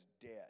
dead